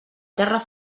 terra